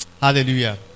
Hallelujah